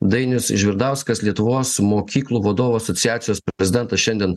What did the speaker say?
dainius žvirdauskas lietuvos mokyklų vadovų asociacijos prezidentas šiandien